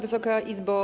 Wysoka Izbo!